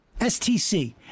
STC